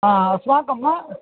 हा अस्माकं वा